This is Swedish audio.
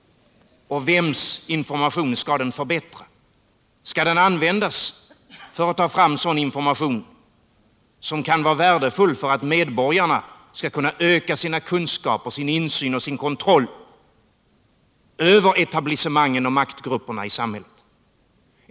Vems information skall den förbättra? Skall den användas för att ta fram sådan information som kan vara värdefull för att medborgarna skall kunna öka sina kunskaper, sin insyn i och sin kontroll över etablissemangen och maktgrupperna i samhället?